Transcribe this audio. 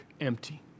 empty